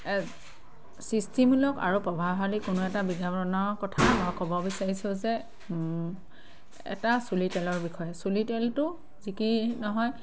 সৃষ্টিমূলক আৰু প্ৰভাৱশালী কোনো এটা বিধানৰ কথা মই ক'ব বিচাৰিছোঁ যে এটা চুলি তেলৰ বিষয়ে চুলি তেলটো যি কি নহয়